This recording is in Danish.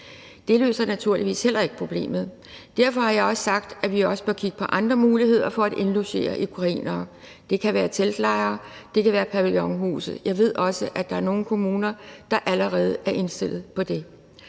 Det løser naturligvis heller ikke problemet. Derfor har jeg også sagt, at vi bør kigge på andre muligheder for at indlogere ukrainere. Det kan være teltlejre, det kan være pavillonhuse. Jeg ved også, at der er nogle kommuner, der allerede er indstillet på det.